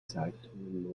zeitungen